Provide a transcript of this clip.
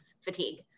fatigue